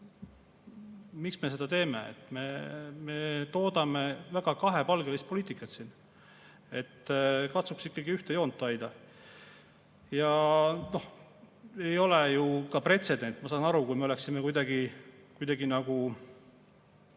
Miks me seda teeme? Me toodame väga kahepalgelist poliitikat siin. Katsuks ikkagi ühte joont hoida. See ei ole ju ka pretsedent. Ma saaksin aru, kui me oleksime kuidagi